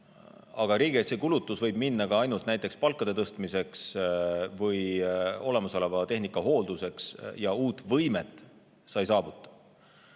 Aga riigikaitsekulutus võib minna ka ainult näiteks palkade tõstmiseks või olemasoleva tehnika hoolduseks, uut võimet sa ei saavuta.